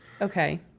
Okay